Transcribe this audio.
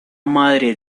madre